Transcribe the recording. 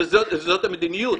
וזאת המדיניות.